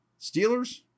Steelers